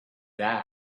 die